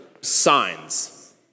signs